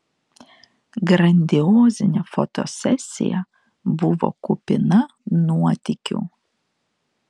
grandiozinė fotosesija buvo kupina nuotykių